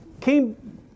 came